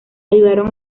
ayudaron